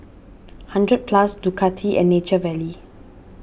hundred Plus Ducati and Nature Valley